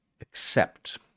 accept